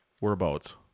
Whereabouts